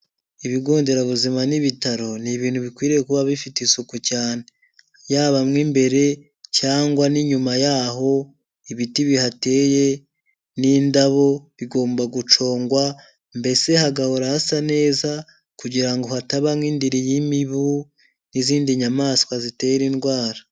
Ibigo nderabuzima n'ibitaro ni ibintu bikwiriye kuba bifite isuku cyane, yaba mo imbere cyangwa n'inyuma yaho, ibiti bihateye n'indabo bigomba gucongwa mbese hagahora hasa neza kugira ngo hataba nk'indiri y'imibu n'izindi nyamaswa zitera indwara.